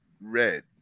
red